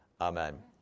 Amen